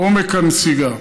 עומק הנסיגה.